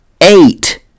eight